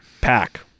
Pack